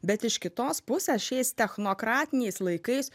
bet iš kitos pusės šiais technokratiniais laikais